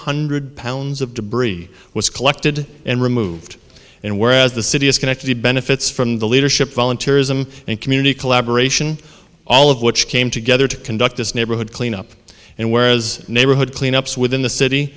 hundred pounds of debris was collected and removed and whereas the city is connected the benefits from the leadership volunteerism and community collaboration all of which came together to conduct this neighborhood cleanup and whereas neighborhood cleanups within the city